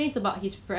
then 就可以 ah